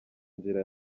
inzira